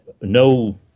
no